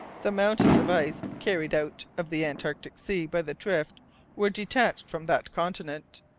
the mountains of ice carried out of the antarctic sea by the drift were detached from that continent.